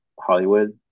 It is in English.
Hollywood